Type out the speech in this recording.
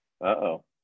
Uh-oh